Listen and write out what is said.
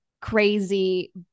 crazy